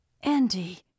Andy